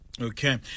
Okay